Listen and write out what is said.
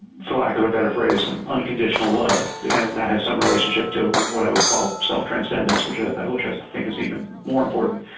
for lack of a better phrase, and unconditional love. and that has some relationship to what i would call self-transcendence, which i ah think is even more important.